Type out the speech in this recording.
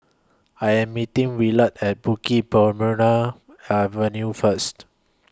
I Am meeting Willard At Bukit Avenue First